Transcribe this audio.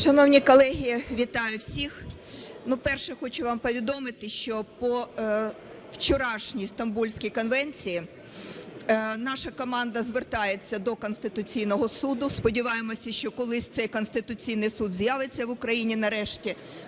Шановні колеги, вітаю всіх! Ну, перше, хочу вам повідомити, що по вчорашній Стамбульській конвенції наша команда звертається до Конституційного Суду. Сподіваємося, що колись цей Конституційний Суд з'явиться в Україні нарешті,